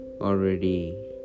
already